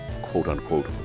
quote-unquote